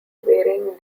varying